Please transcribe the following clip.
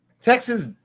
Texas